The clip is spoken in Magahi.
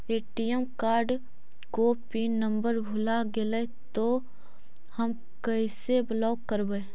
ए.टी.एम कार्ड को पिन नम्बर भुला गैले तौ हम कैसे ब्लॉक करवै?